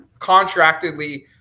contractedly